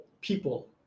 people